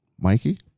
Mikey